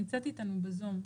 היא נמצאת איתנו בזום.